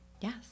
Yes